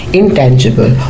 intangible